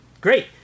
Great